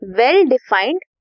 well-defined